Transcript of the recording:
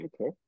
Okay